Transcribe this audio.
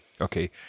Okay